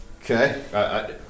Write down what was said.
Okay